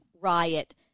riot